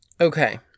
Okay